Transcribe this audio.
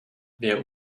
wer